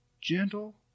gentle